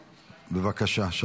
בבקשה,